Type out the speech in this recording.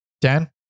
Dan